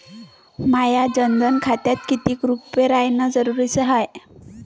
माह्या जनधन खात्यात कितीक रूपे रायने जरुरी हाय?